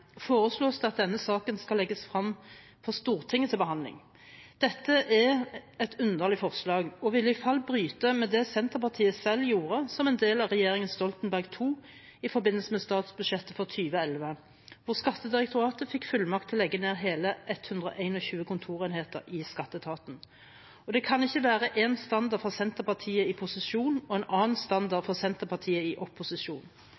foreslås det at denne saken skal legges frem for Stortinget til behandling. Dette er et underlig forslag og ville i så fall bryte med det Senterpartiet selv gjorde som en del av regjeringen Stoltenberg II i forbindelse med statsbudsjettet for 2011, hvor Skattedirektoratet fikk fullmakt til å legge ned hele 121 kontorenheter i Skatteetaten. Det kan ikke være en standard for Senterpartiet i posisjon og en annen